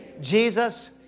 Jesus